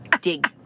dig